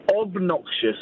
obnoxious